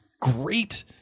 great